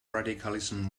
radicalism